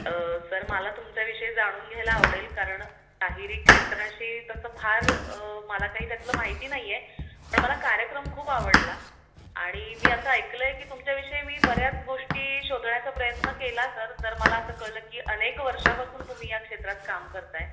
sir मला तुमच्याविषयी जाणून घ्यायला आवडेल कारण शाहिरी क्षेत्राशी तसं फार मला काही त्यातलं माहिती नाही आहे पण मला कार्यक्रम खूप आवडला आणि मी असं ऐकलं आहे की तुमच्याविषयी मी बऱ्याच गोष्टी शोधण्याचा प्रयत्न केला सर तर मला असं कळलं की अनेक वर्षापासून तुम्ही या क्षेत्रात काम करत आहे